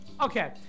Okay